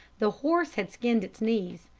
the horse had skinned its knees,